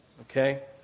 Okay